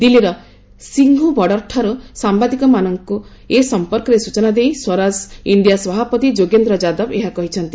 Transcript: ଦିଲ୍ଲୀର ସିଙ୍ଘୁ ବର୍ଡ଼ର୍ଠାରେ ସାମ୍ଭାଦିକମାନଙ୍କୁ ଏ ସମ୍ପର୍କରେ ସ୍ଟଚନା ଦେଇ ସ୍ୱରାଜ ଇଣ୍ଡିଆ ସଭାପତି ଯୋଗେନ୍ଦ୍ର ଯାଦବ ଏହା କହିଛନ୍ତି